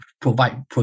provide